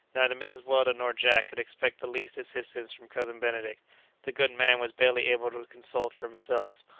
neither mrs. weldon nor jack could expect the least assistance from cousin benedict the good man was barely able to consult for himself.